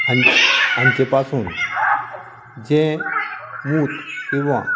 हांच हांचे पासून जें मूत किंवां